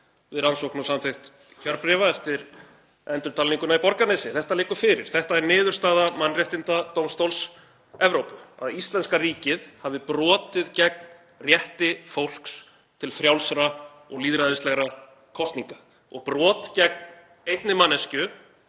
við rannsókn og samþykkt kjörbréfa eftir endurtalninguna Borgarnesi. Það liggur fyrir. Þetta er niðurstaða Mannréttindadómstóls Evrópu, að íslenska ríkið hafi brotið gegn rétti fólks til frjálsra og lýðræðislegra kosninga. Brot gegn einni manneskju,